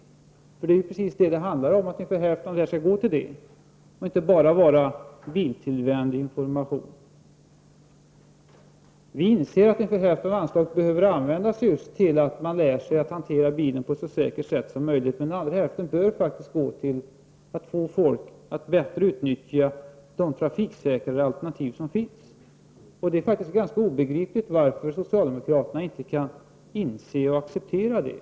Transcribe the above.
| Detta är ju precis vad det handlar om, nämligen att ungefär hälften av anslagen skall gå till denna typ av information och inte bara till bilvänlig information. Vi inser att det är nödvändigt att ungefär hälften av anslaget går just till ; information om hur man lär sig att hantera bilen på ett så säkert sätt som | möjligt, men den andra hälften bör gå till insatser för att få folk att bättre | utnyttja de trafiksäkrare alternativ som finns. Det är faktiskt ganska obe gripligt att socialdemokraterna inte kan inse och acceptera detta.